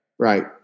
Right